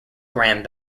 graham